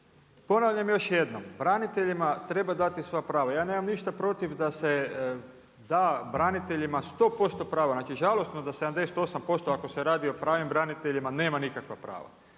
ponavljam još jednom, braniteljima treba dati sva prava. Ja nemam ništa protiv da se da braniteljima 100% pravo, znači žalosno da 78% ako se radi o pravim braniteljima nema nikakva prava.